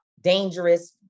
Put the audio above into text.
dangerous